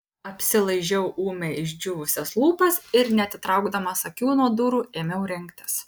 apsilaižiau ūmai išdžiūvusias lūpas ir neatitraukdamas akių nuo durų ėmiau rengtis